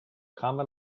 common